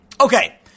Okay